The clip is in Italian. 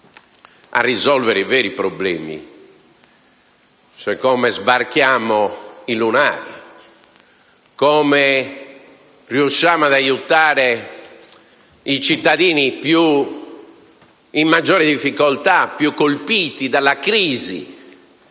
a risolvere i veri problemi: come sbarcare il lunario; come riuscire ad aiutare i cittadini in maggiore difficoltà e più colpiti dalla crisi